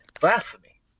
Blasphemy